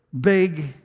big